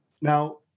Now